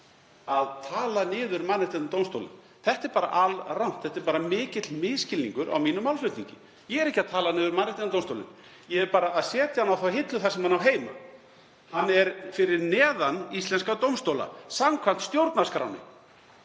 að tala niður Mannréttindadómstólinn. Þetta er alrangt. Þetta er bara mikill misskilningur á málflutningi mínum. Ég er ekki að tala niður Mannréttindadómstólinn, ég er bara að setja hann á hillu þar sem hann á heima. Hann er fyrir neðan íslenska dómstóla samkvæmt stjórnarskránni.